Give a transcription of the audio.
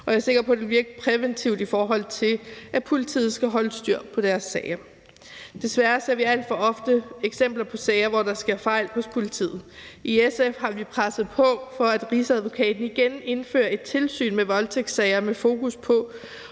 og jeg er sikker på, at det vil virke præventivt, i forhold til at politiet skal holde styr på deres sager. Desværre ser vi alt for ofte eksempler på sager, hvor der sker fejl hos politiet. I SF har vi presset på, for at Rigsadvokaten igen indfører et tilsyn med voldtægtssager med fokus på,